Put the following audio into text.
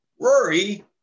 Rory